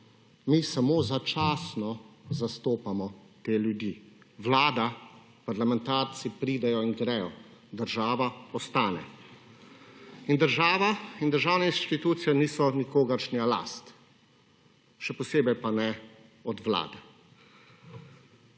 mi samo začasno zastopamo te ljudi. Vlada, parlamentarci pridejo in gredo, država ostane. In država in državne inštitucije niso nikogaršnja last, še posebej pa ne od Vlade.